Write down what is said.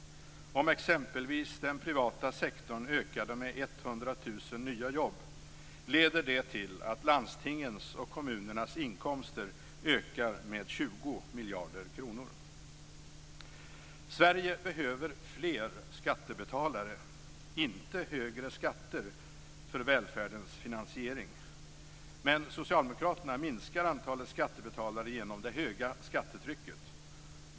Om exempelvis den privata sektorn ökar med 100 000 nya jobb leder till att landstingens och kommunernas inkomster ökar med 20 miljarder kronor. Sverige behöver fler skattebetalare - inte högre skatter - för välfärdens finansiering. Men socialdemokraterna minskar antalet skattebetalare genom det höga skattetrycket.